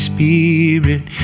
Spirit